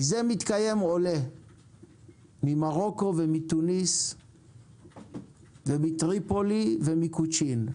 מזה מתקיים עולה ממרוקו ומתוניס ומטריפולי ומקוצ'ין.